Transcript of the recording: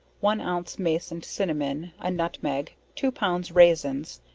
one ounce mace, and cinnamon, a nutmeg, two pounds raisins,